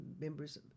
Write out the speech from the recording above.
members